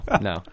no